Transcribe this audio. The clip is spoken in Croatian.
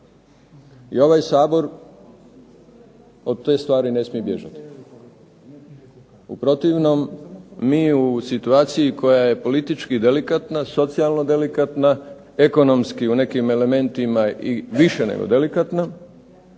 I ovaj Sabor od te stvari ne smije bježati. U protivnom mi u situaciji koja je politički delikatna socijalno delikatna, ekonomski u nekim elementima i više nego delikatna,